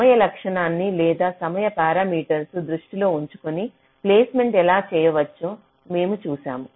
సమయ లక్షణాన్ని లేదా సమయ పారామీటర్లను దృష్టిలో ఉంచుకుని ప్లేస్మెంట్ ఎలా చేయవచ్చో మేము చూశాము